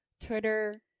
Twitter